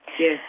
Yes